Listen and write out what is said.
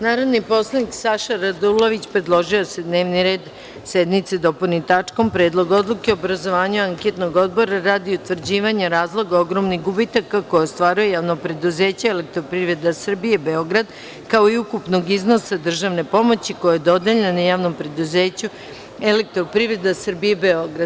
Narodni poslanik Saša Radulović predložio je da se dnevni red sednice dopuni tačkom Predlog odluke o obrazovanju anketnog odbora radi utvrđivanja razloga ogromnih gubitaka koje ostvaruje Javno preduzeće „Elektroprivreda Srbije“, Beograd, kao i ukupnog iznosa državne pomoći koja je dodeljena Javnom preduzeću „Elektroprivreda Srbije“, Beograd.